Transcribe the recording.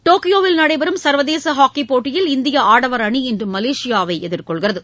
டோக்கியோவில் நடைபெறும் சர்வதேச ஹாக்கி போட்டியில் இந்திய ஆடவர் அணி இன்று மலேசியாவை எதிர்கொள்கிறது